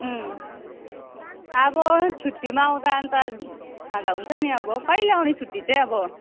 अब छुट्टीमा आउँदा अन्त खाँदा हुन्छ नि अब कहिले आउने छुट्टी चाहिँ अब